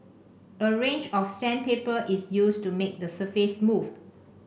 a range of sandpaper is used to make the surface smooth